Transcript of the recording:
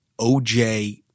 OJ